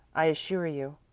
i assure you,